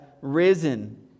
risen